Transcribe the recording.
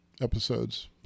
episodes